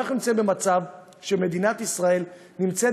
אנחנו נמצאים במצב שמדינת ישראל נמצאת